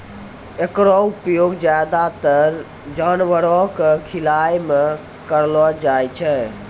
एकरो उपयोग ज्यादातर जानवरो क खिलाय म करलो जाय छै